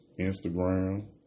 Instagram